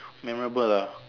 memorable ah